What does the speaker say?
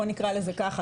בוא נקרא לזה ככה,